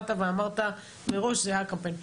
באת ואמרת מראש זה היה הקמפיין.